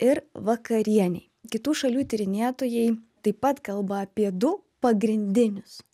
ir vakarienei kitų šalių tyrinėtojai taip pat kalba apie du pagrindinius